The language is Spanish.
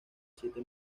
siete